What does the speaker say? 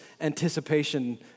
anticipation